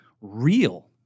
real